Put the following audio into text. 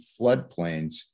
floodplains